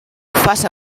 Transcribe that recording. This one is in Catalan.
faça